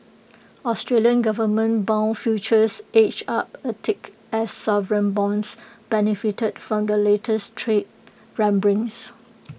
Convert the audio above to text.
Australian government Bond futures edge up A tick as sovereign bonds benefited from the latest trade rumblings